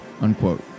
unquote